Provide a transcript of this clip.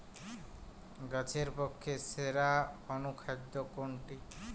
গাছের পক্ষে সেরা অনুখাদ্য কোনটি?